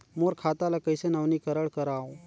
मोर खाता ल कइसे नवीनीकरण कराओ?